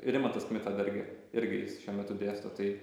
rimantas kmita dargi irgi jis šiuo metu dėsto tai